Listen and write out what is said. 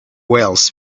wells